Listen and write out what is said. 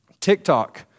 TikTok